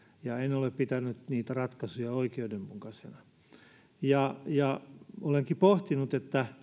ja en ole pitänyt niitä ratkaisuja oikeudenmukaisina olenkin pohtinut